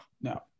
no